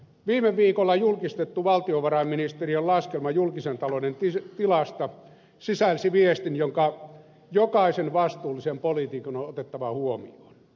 viime viikolla julkistettu valtiovarainministeriön laskelma julkisen talouden tilasta sisälsi viestin joka jokaisen vastuullisen poliitikon on otettava huomioon